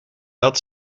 had